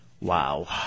Wow